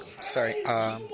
Sorry